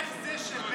איך זה שבנט,